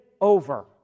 over